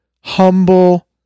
humble